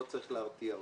לא צריך להרתיע אותנו.